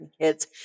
kids